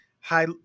high